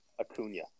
Acuna